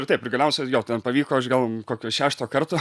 ir taip ir galiausiai jo ten pavyko iš gal kokio šešto karto